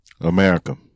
America